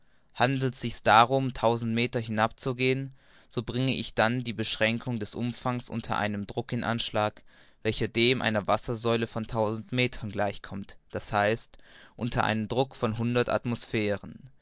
handelt sich's darum tausend meter hinab zu gehen so bringe ich dann die beschränkung des umfangs unter einem druck in anschlag welcher dem einer wassersäule von tausend metern gleich kommt d h unter einem druck von hundert atmosphären